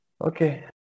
Okay